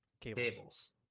cables